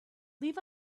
leave